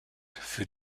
für